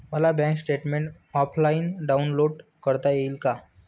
मला bank statement offline download करता येईल का?